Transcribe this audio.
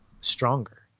stronger